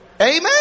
amen